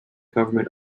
government